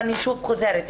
ואני שוב חוזרת.